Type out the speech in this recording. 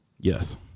yes